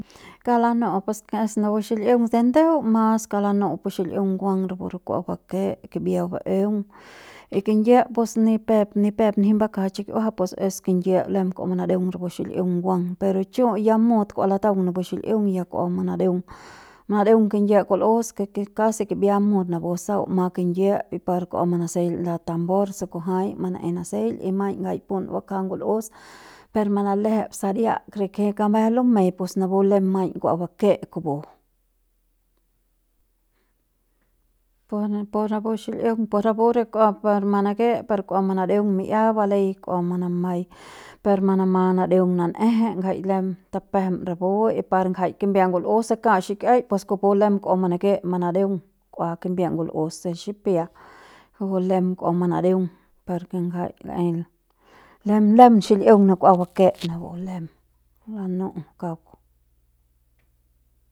Kauk lanu'u napu xil'iung de ndeu mas kauk lanu'u pu xil'iung nguang rapu re kua bake kimbia baeung y kingyiep pus napu ni pep ni pep nji bakja chikiuaja pus es kingiep lem kua manadeung kon xil'iung nguang per chu ya mut kua lataung napu xil'iung ya kua manadeung nareung kingiep kul'us ke ke casi kimbia mut napu sau ma kingiep y par kua manaseil nda tambor de kujuai manaei naseil y maiñ ngjai pun bakja ngul'us par manale'ejp saria rikji kames lumei pus napu lem maiñ kua bake kupu pur napu xil'iung pu rapu re kua peuk manake par kua manadeung mi'ia balei kua manamai par manama nadeung na'eje ngjai lem tapejem rapu y par ngjai kimbiep ngul'us takal xikiau pus kupu lem kua manake manadeung k'ua kimbiep ngul'us se xipia kupu lem kua manadeung par ke ngjai laei lem lem xil'iung ne kua bake napu lem lanun'u kauk.